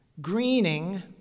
greening